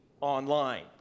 online